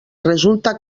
resulta